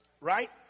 right